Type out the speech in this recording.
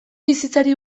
bizitzari